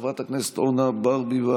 חברת הכנסת אורנה ברביבאי,